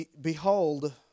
behold